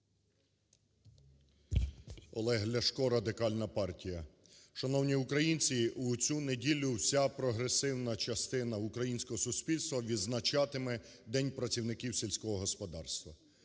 Олег Ляшко, Радикальна партія. Шановні українці, у цю неділю всі прогресивна частина українського суспільства відзначатиме День працівників сільського господарства.